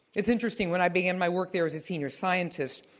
it's interesting, when i began my work there as a senior scientist,